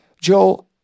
Joe